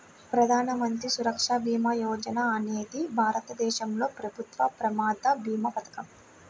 ప్రధాన మంత్రి సురక్ష భీమా యోజన అనేది భారతదేశంలో ప్రభుత్వ ప్రమాద భీమా పథకం